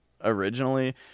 Originally